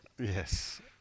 Yes